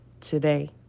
today